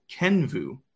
Kenvu